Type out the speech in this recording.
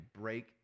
break